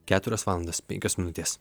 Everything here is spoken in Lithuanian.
keturios valandos penkios minutės